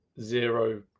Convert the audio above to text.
zero